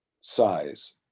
size